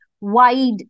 wide